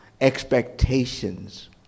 expectations